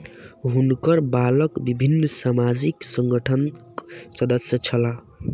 हुनकर बालक विभिन्न सामाजिक संगठनक सदस्य छला